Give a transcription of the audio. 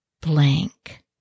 blank